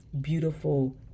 beautiful